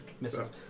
misses